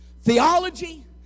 theology